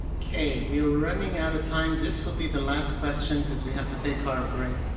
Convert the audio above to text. okay, we are running out of time. this will be the last question because we have to take our break.